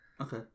okay